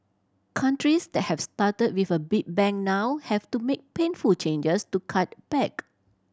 countries that have started with a big bang now have to make painful changes to cut back